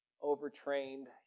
over-trained